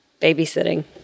Babysitting